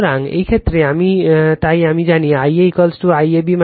সুতরাং এই ক্ষেত্রে তাই আমরা জানি Ia IAB ICA